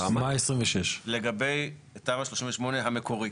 לגבי תמ"א 38 המקורית.